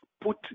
Put